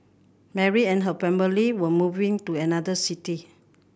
Mary and her family were moving to another city